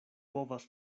povas